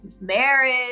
marriage